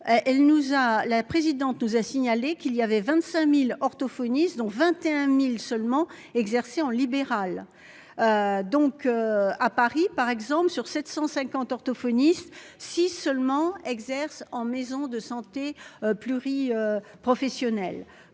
la présidente nous a signalé qu'il y avait 25.000 orthophonistes dont 21.000 seulement exercer en libéral. Donc à Paris par exemple sur 750 orthophoniste si seulement exercent en maison de santé pluri-professionnelles.